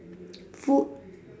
food